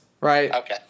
right